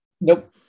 Nope